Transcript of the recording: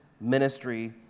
ministry